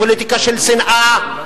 פוליטיקה של שנאה,